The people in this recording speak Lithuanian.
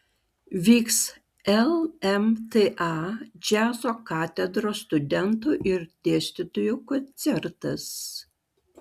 vyks lmta džiazo katedros studentų ir dėstytojų koncertas